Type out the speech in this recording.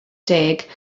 deg